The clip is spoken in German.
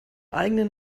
eigenen